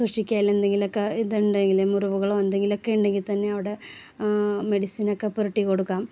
സൂക്ഷിക്കുക അതിൽ എന്തെങ്കിലുമൊക്കെ ഇതൊണ്ടെങ്കില് മുറിവുകളൊ എന്തെങ്കിലുമൊക്കെ ഉണ്ടെങ്കിൽ തന്നെ അവിടെ മെഡിസിനൊക്കെ നക്കെ പുരട്ടി കൊടുക്കാം